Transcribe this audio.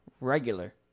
Regular